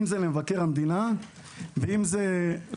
אם זה למבקר המדינה ואם זה למרכז המחקר והמידע של הכנסת.